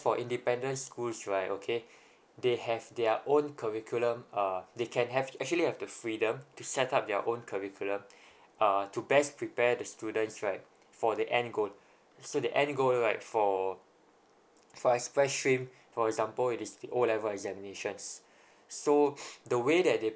for independent schools right okay they have their own curriculum uh they can have actually have the freedom to set up their own curriculum err to best prepare the students right for the end goal so the end goal right for for express stream for example it is the O level examinations so the way that they